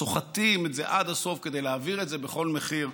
סוחטים את זה עד הסוף כדי להעביר את זה בכל מחיר,